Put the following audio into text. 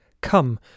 come